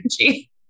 energy